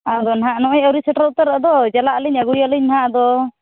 ᱟᱫᱚ ᱱᱟᱦᱟᱜ ᱱᱚᱜᱼᱚᱭ ᱟᱹᱣᱨᱤ ᱥᱮᱴᱮᱨ ᱩᱛᱟᱹᱨᱚᱜᱫᱚ ᱪᱟᱞᱟᱜᱟᱹᱞᱤᱧ ᱟᱹᱜᱩᱭᱟᱞᱤᱧ ᱱᱟᱦᱟᱜ ᱟᱫᱚ